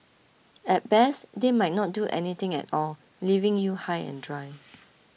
at best they might not do anything at all leaving you high and dry